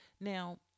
Now